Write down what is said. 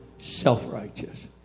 Self-righteous